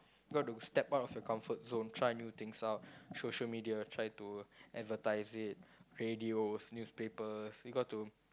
got to step out of the comfort zone try new things out social media try to advertise it radios newspapers you got to